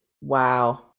Wow